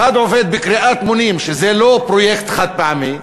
אחד עובד בקריאת מונים, שזה לא פרויקט חד-פעמי,